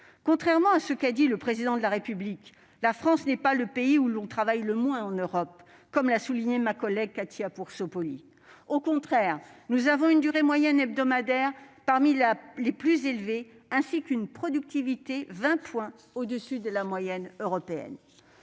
Contrairement à ce qu'a dit le Président de la République, la France n'est pas le pays où l'on travaille le moins en Europe, ainsi que l'a montré ma collègue Cathy Apourceau-Poly. Au contraire, nous avons une durée moyenne hebdomadaire parmi les plus élevées, ainsi qu'une productivité de vingt points supérieure à la moyenne européenne.